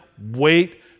wait